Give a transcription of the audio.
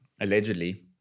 allegedly